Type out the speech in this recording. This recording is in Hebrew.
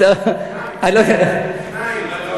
שניים.